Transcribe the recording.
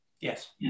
Yes